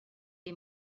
dir